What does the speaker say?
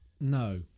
no